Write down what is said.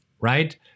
right